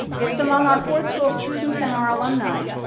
it's among our ford school students and our alumni.